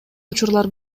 учурлар